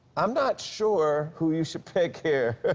i'm not sure who you should pick here.